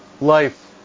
life